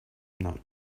not